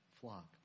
flock